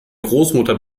großmutter